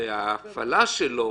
וההפעלה שלו